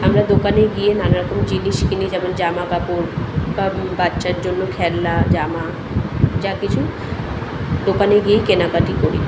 আমরা দোকানে গিয়ে নানা রকম জিনিস কিনি যেমন জামা কাপড় তাম বাচ্চার জন্য খেলনা জামা যা কিছু দোকানে গিয়েই কেনাকাটি করি